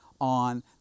on